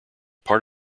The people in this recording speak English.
part